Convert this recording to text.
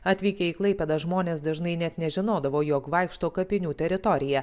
atvykę į klaipėdą žmonės dažnai net nežinodavo jog vaikšto kapinių teritorija